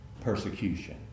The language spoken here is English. persecution